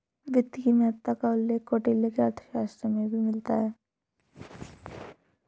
वित्त की महत्ता का उल्लेख कौटिल्य के अर्थशास्त्र में भी मिलता है